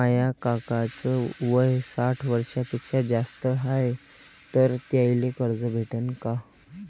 माया काकाच वय साठ वर्षांपेक्षा जास्त हाय तर त्याइले कर्ज भेटन का?